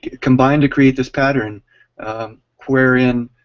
combine to create this pattern wherein